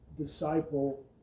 disciple